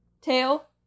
Tail